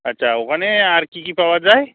আচ্ছা ওখানে আর কী কী পাওয়া যায়